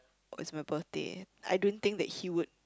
oh it's my birthday I don't think that he would